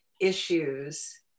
issues